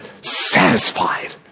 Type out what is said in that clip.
satisfied